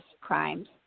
crimes